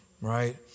right